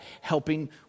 helping